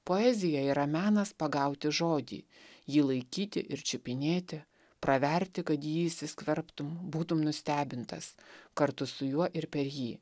poezija yra menas pagauti žodį jį laikyti ir čiupinėti praverti kad į jį įsiskverbtum būtum nustebintas kartu su juo ir per jį